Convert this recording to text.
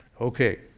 Okay